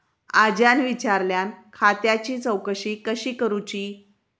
आज्यान विचारल्यान खात्याची चौकशी कशी करुची?